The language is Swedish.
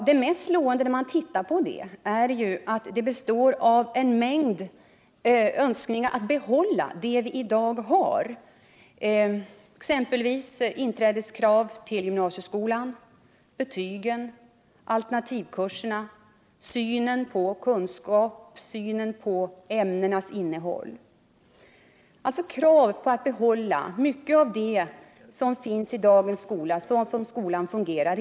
Det mest slående är att den består av en mängd önskningar om att behålla det vi i dag har, exempelvis nuvarande inträdeskrav till gymnasieskolan, betygen, de alternativa kurserna, synen på kunskap, synen på ämnenas innehåll, alltså krav på att behålla mycket av det som finns i dagens skola så som den nu fungerar.